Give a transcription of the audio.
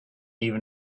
even